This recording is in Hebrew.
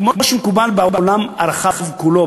כמו שמקובל בעולם הרחב כולו,